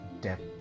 depth